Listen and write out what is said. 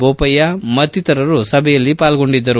ಬೋಪಯ್ಯ ಮತ್ತಿತರರು ಸಭೆಯಲ್ಲಿ ಪಾಲ್ಗೊಂಡಿದ್ದರು